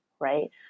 right